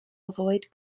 avoid